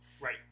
right